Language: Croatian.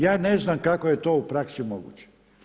Ja ne znam kako je to u praksi moguće.